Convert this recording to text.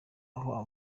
aho